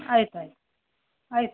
ಆಯ್ತು ಆಯ್ತು ಆಯಿತು